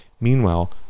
Meanwhile